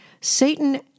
Satan